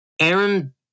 Aaron